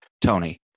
Tony